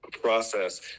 process